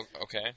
Okay